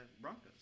Broncos